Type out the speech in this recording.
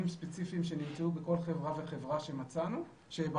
ספציפיים שניתנו בכל חברה וחברה שבחנו,